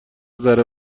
ذره